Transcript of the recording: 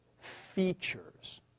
features